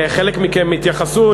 חלק מכם התייחסו,